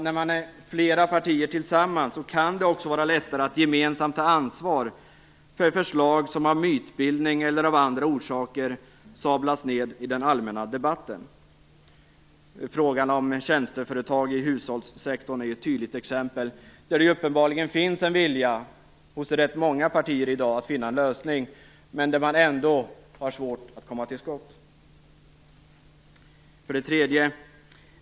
När man är flera partier tillsammans kan det också vara lättare att gemensamt ta ansvar för förslag som på grund av mytbildning eller av andra orsaker sablas ned i den allmänna debatten. Frågan om tjänsteföretag i hushållssektorn är ett tydligt exempel, där det uppenbarligen i dag finns en vilja hos rätt många partier att finna en lösning, men där man ändå har svårt att komma till skott. 3.